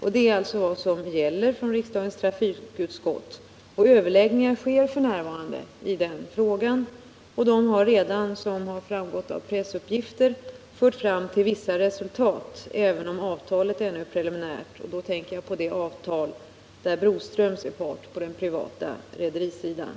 Det är alltså vad som gäller enligt uttalandet från riksdagens trafikutskott. Överläggningar sker f.n. i frågan. De har redan, som framgått av pressuppgifter, fört fram till vissa resultat, även om avtalet ännu är preliminärt — jag tänker på avtalet där Broströms är part på den privata rederisidan.